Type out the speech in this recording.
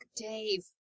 Dave